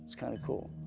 kinda cool.